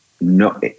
No